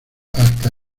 hasta